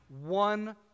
one